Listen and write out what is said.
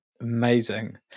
Amazing